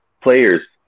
players